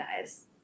guys